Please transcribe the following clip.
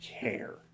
care